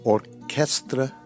Orchestra